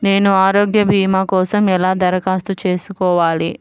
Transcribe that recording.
నేను ఆరోగ్య భీమా కోసం ఎలా దరఖాస్తు చేసుకోవాలి?